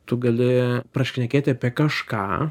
tu gali prašnekėti apie kažką